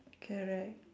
correct